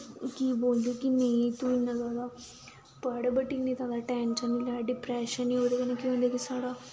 केह् बोलदे के नेईं तू इन्ना जादा पढ़ा दा बट इन्ना जादा टैंशन नि लै डिप्रैशन ओह्दे कन्नै केह् होंदा कि साढ़ा